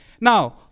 Now